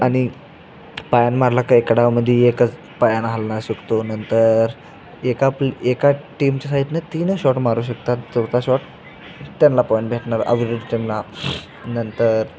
आणि पायानं मारला का एका डावामध्ये एकच पायानं हालना शकतो नंतर एका प्ल एका टीमच्या सायडनं तीनच शॉट मारू शकतात चौथा शॉट त्यांना पॉईंट भेटणार अगोदरच्यांना नंतर